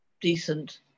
decent